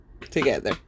together